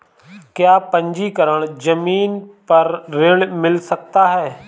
क्या पंजीकरण ज़मीन पर ऋण मिल सकता है?